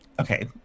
okay